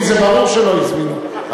אותי ברור שלא הזמינו,